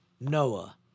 Noah